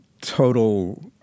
total